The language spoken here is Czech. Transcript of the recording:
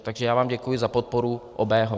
Takže já vám děkuji za podporu obého.